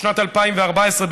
בשנת 2014,